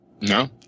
No